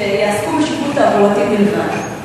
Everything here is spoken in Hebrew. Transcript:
שופטים שיעסקו בשיפוט תעבורתי בלבד.